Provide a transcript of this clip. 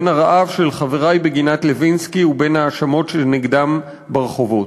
בין הרעב של חברי בגינת-לוינסקי ובין ההאשמות נגדם ברחובות.